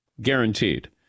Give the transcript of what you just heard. guaranteed